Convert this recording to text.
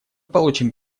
получим